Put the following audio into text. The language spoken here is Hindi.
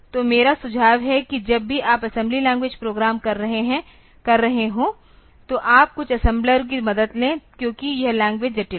तो मेरा सुझाव है कि जब भी आप असेंबली लैंग्वेज प्रोग्राम कर रहे हों तो आप कुछ असेंबलर की मदद लें क्योंकि यह लैंग्वेज जटिल हैं